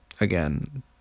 again